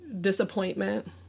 disappointment